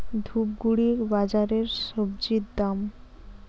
ধূপগুড়ি বাজারের স্বজি দাম?